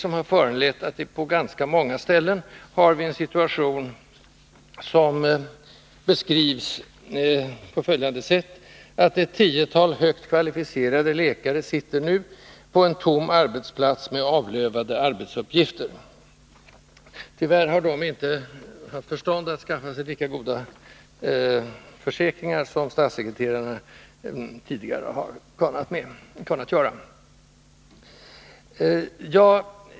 Detta har lett till att man på ganska många ställen har en situation som beskrivs på följande sätt: ”Ett tiotal högt kvalificerade läkare sitter nu på en tom arbetsplats med ”avlövade” arbetsuppgifter.” Tyvärr har de inte haft förstånd att skaffa sig lika goda försäkringar som statssekreterarna tidigare har lyckats med.